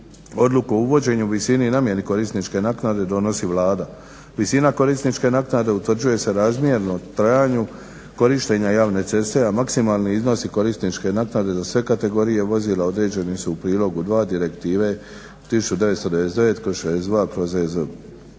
Odluku o uvođenju, visini i namjeni korisničke naknade donosi Vlada. Visina korisničke naknade utvrđuje se razmjerno trajanju korištenja javne ceste, a maksimalni iznosi korisničke naknade za sve kategorije vozila određeni su u prilogu 2 Direktive 1999/62/EZ.